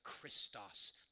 Christos